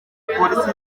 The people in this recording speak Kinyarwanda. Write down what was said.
polisi